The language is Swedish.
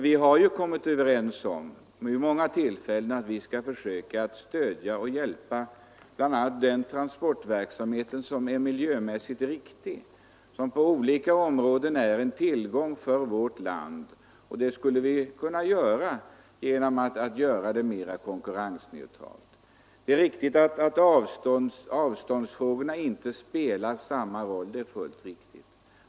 Vi har ju vid många tillfällen kommit överens om att vi skall försöka stödja och hjälpa bl.a. en transportverksamhet som är miljömässigt riktig och som på olika områden är en tillgång för vårt land. Det skulle vi kunna göra genom att skapa större konkurrensneutralitet. Det är fullt riktigt att avståndsfrågorna inte spelar samma roll på sjön som på land.